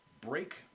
break